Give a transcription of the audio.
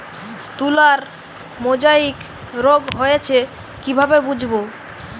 তুলার মোজাইক রোগ হয়েছে কিভাবে বুঝবো?